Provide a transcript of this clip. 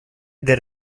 del